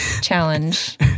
challenge